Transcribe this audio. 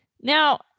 Now